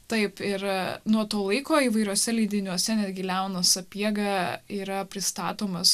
taip ir nuo to laiko įvairiuose leidiniuose netgi leonas sapiega yra pristatomas